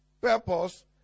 Purpose